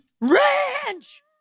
Ranch